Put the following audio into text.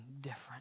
different